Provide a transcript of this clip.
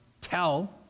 tell